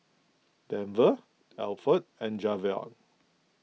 Denver Alford and Javion